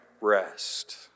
rest